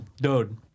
Dude